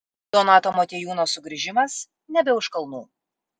donato motiejūno sugrįžimas nebe už kalnų